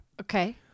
okay